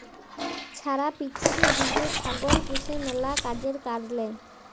ছারা পিথিবী জ্যুইড়ে ছাগল পুষে ম্যালা কাজের কারলে